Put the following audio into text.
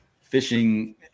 fishing